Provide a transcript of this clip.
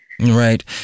Right